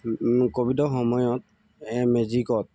ক'ভিডৰ সময়ত মেজিকত